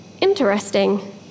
Interesting